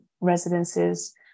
residences